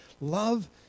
Love